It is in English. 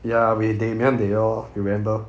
ya with damian they all remember